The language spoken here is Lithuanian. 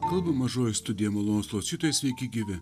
kalba mažoji studija malonūs klausytojai sveiki gyvi